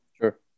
Sure